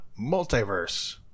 multiverse